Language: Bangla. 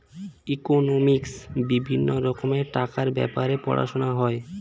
ইকোনমিক্সে বিভিন্ন রকমের টাকার ব্যাপারে পড়ানো হয়